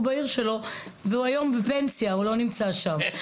בעיר שלו והוא היום בפנסיה הוא לא נמצא שם,